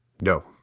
No